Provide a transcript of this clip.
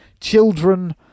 children